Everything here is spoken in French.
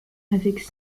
avec